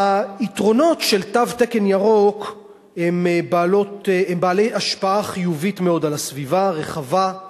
היתרונות של תו תקן ירוק הם בעלי השפעה חיובית מאוד על הסביבה הרחבה.